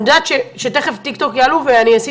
אני יודעת שתיכף נציגת טיקטוק תעלה וערכתי